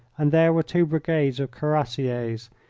and there were two brigades of cuirassiers,